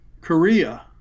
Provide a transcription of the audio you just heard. Korea